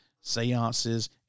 seances